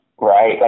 right